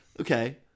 Okay